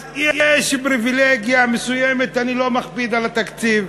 אז יש פריבילגיה מסוימת, אני לא מכביד על התקציב.